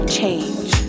change